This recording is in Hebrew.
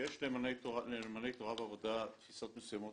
יש לנאמני תורה ועבודה תפיסות מסוימות.